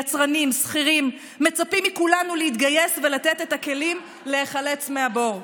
יצרנים ושכירים מצפים מכולנו להתגייס ולתת את הכלים להיחלץ מהבור.